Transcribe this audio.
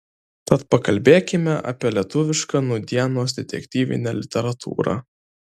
tad pakalbėkime apie lietuvišką nūdienos detektyvinę literatūrą